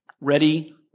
Ready